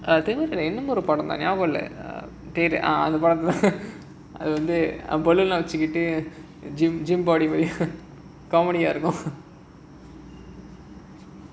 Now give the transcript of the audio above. திமிரில்லா என்னமோ ஒரு படம் ஞாபகம் இல்ல பேரு பலூன்லாம் வச்சிட்டு காமெடியா இருக்கும்:thimirilla ennamo oru padam nyabagam illa peru baloonlaam vachittu kaamediyaa irukkum